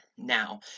Now